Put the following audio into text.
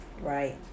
Right